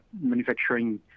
manufacturing